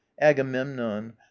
agamemnon